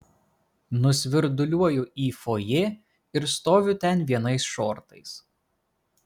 nusvirduliuoju į fojė ir stoviu ten vienais šortais